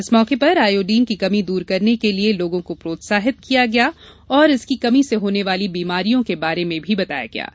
इस मौके पर आयोडीन की कमी दूर करने के लिए लोगों को प्रोत्साहित किया किया जा रहा है और इसकी कमी से होने वाली बीमारियों के बारे में भी बताया जा रहा है